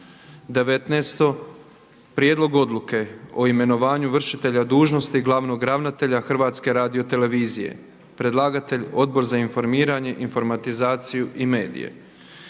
je Prijedlog odluke o imenovanju vršitelja dužnosti glavnog ravnatelja Hrvatske radiotelevizije. Predlagatelj je Odbor za informiranje, informatizaciju i medije.